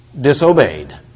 disobeyed